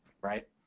Right